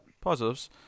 Positives